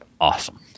Awesome